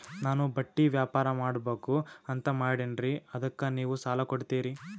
ನಾನು ಬಟ್ಟಿ ವ್ಯಾಪಾರ್ ಮಾಡಬಕು ಅಂತ ಮಾಡಿನ್ರಿ ಅದಕ್ಕ ನೀವು ಸಾಲ ಕೊಡ್ತೀರಿ?